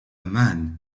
man